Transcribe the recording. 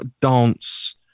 dance